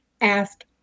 ask